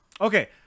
okay